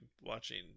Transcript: watching